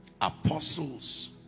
apostles